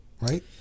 right